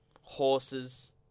horses